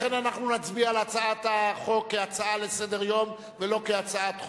לכן אנחנו נצביע על הצעת החוק כהצעה לסדר-היום ולא כהצעת חוק.